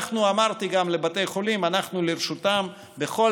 אמרתי גם לבתי החולים: אנחנו לרשותם בכל